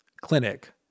clinic